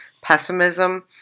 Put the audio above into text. pessimism